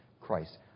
Christ